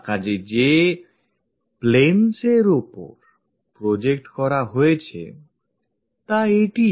কাজেই যে planes এর ওপর project করা হয়েছে তা এটিই